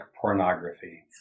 pornography